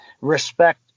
respect